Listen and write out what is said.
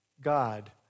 God